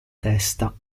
testa